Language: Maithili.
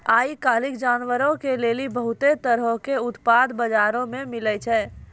आइ काल्हि जानवरो के लेली बहुते तरहो के उत्पाद बजारो मे मिलै छै